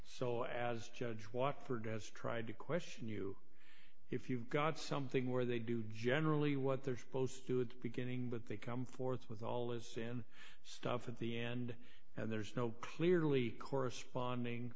so as judge watford as tried to question you if you've got something where they do generally what they're supposed to it's beginning but they come forth with all this in stuff at the end and there's no clearly corresponding